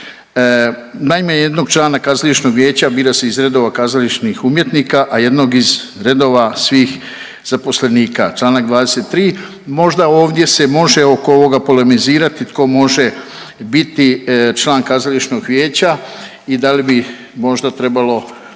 Naime, jednog člana kazališnog vijeća bira se iz redova kazališnih umjetnika, a jednog iz redova svih zaposlenika, čl. 23.. Možda ovdje se može oko ovoga polemizirati tko može biti član kazališnog vijeća i da li bi možda trebalo